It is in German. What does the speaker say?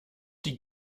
die